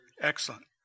Excellent